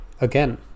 again